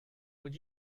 would